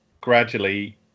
gradually